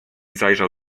zajrzał